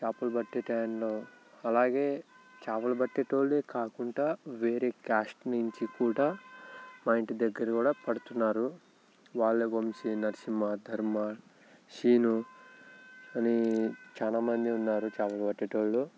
చేపలు పట్టే టైంలో అలాగే చేపలు పట్టేవాళ్ళే కాకుండా వేరే కాస్ట్ నుంచి కూడా మా ఇంటి దగ్గర కూడా పడుతున్నారు వాళ్ళే వంశీ నరసింహ ధర్మ పట్టేవాళ్ళు